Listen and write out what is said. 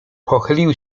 pochylił